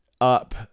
up